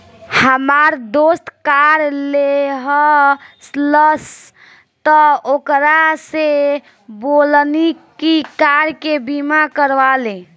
हामार दोस्त कार लेहलस त ओकरा से बोलनी की कार के बीमा करवा ले